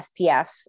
SPF